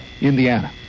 Indiana